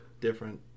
different